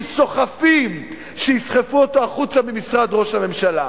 סוחפים שיסחפו אותו החוצה ממשרד ראש הממשלה.